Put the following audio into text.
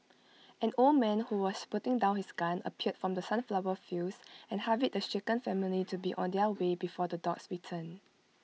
an old man who was putting down his gun appeared from the sunflower fields and hurried the shaken family to be on their way before the dogs return